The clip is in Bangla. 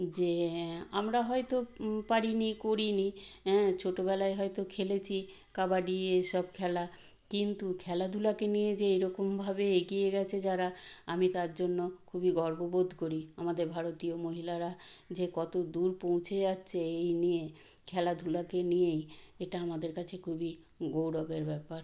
যে আমরা হয়তো পারিনি করিনি অ্যাঁ ছোটোবেলায় হয়তো খেলেছি কাবাডি এসব খেলা কিন্তু খেলাধুলাকে নিয়ে যে এরকমভাবে এগিয়ে গেছে যারা আমি তার জন্য খুবই গর্ববোধ করি আমাদের ভারতীয় মহিলারা যে কতো দূর পৌঁছে যাচ্ছে এই নিয়ে খেলাধুলাকে নিয়েই এটা আমাদের কাছে খুবই গৌরবের ব্যাপার